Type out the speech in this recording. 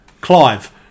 Clive